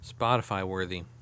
Spotify-worthy